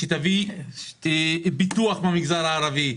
שתביא לפיתוח במגזר הערבי.